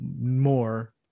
more